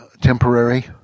temporary